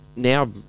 now